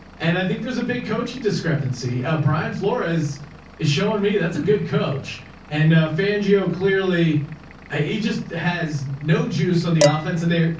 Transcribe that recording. and i think there's a big coaching discrepancy. brian flores is showing me that's a good coach and a fangio clearly he just has no juice on the offense. and they're,